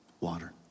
water